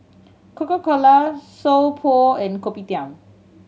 Coca Cola So Pho and Kopitiam